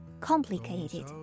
complicated